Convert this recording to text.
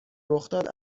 رخداد